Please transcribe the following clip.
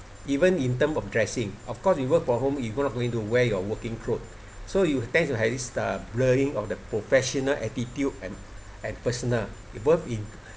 even in term of dressing of course you work from home you not going to wear your working clothe so you tend to have this uh blurring of the professional attitude and and personal work in